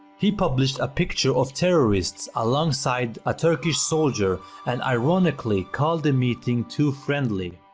he published a picture of terrorists along side a turkish soldier and ironically called the meeting too friendly.